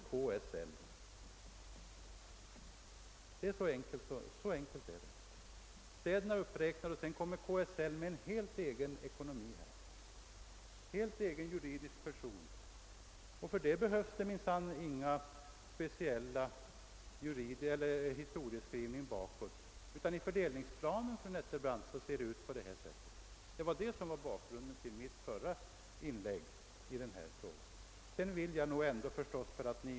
Så enkelt är det; städerna är alltså uppräknade och sedan kommer KSL med helt egen ekonomi som en egen juridisk person. Här behöver man ingen historieskrivning bakåt, utan i fördelningsplanen ser det ut på det här sättet, fru Nettelbrandt. Detta var bakgrunden till mitt förra inlägg i denna fråga.